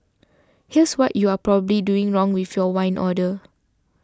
here's what you are probably doing wrong with your wine order